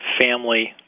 family